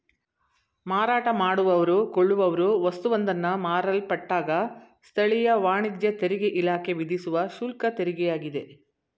ಮಾರಾಟ ಮಾಡುವವ್ರು ಕೊಳ್ಳುವವ್ರು ವಸ್ತುವೊಂದನ್ನ ಮಾರಲ್ಪಟ್ಟಾಗ ಸ್ಥಳೀಯ ವಾಣಿಜ್ಯ ತೆರಿಗೆಇಲಾಖೆ ವಿಧಿಸುವ ಶುಲ್ಕತೆರಿಗೆಯಾಗಿದೆ